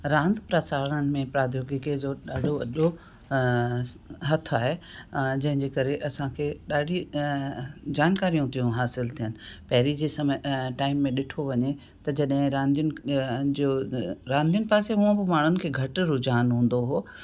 रांदि प्रसारण में प्रोद्योगिकी जो ॾाढो वॾो हथु आहे जंहिं जंहिं करे असांखे ॾाढी जानकारियूं थियूं हासिलु थियनि पहिरीं जे समय टाइम में ॾिठो वञे त जॾहिं रांदियुनि जो रांदियुनि पासे ऊअं ब माण्हुनि खे घटि रुझान हूंदो हो